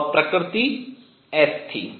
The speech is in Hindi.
और प्रकृति S थी